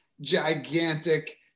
gigantic